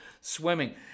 swimming